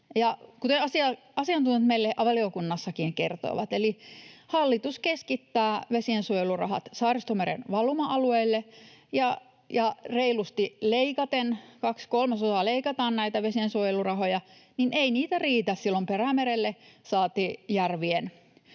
Kuten asiantuntijat meille valiokunnassakin kertoivat, hallitus keskittää vesiensuojelurahat Saaristomeren valuma-alueille. Ja kun reilusti leikataan, kaksi kolmasosaa leikataan näitä vesiensuojelurahoja, niin ei niitä riitä silloin Perämerelle saati järvien